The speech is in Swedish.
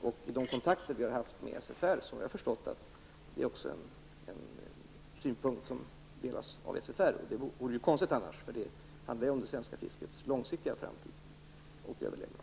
Av de kontakter vi har haft med SFR har jag förstått att denna synpunkt även delas av SFR. Det vore ju annars konstigt, eftersom det handlar om det svenska fiskets långsiktiga framtid och överlevnad.